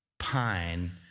pine